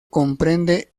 comprende